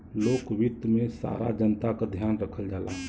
लोक वित्त में सारा जनता क ध्यान रखल जाला